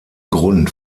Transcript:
grund